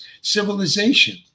civilization